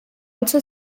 also